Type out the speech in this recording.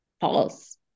false